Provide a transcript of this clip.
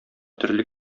төрле